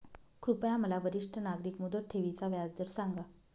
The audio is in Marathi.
कृपया मला वरिष्ठ नागरिक मुदत ठेवी चा व्याजदर सांगा